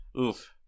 Oof